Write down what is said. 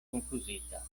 konfuzita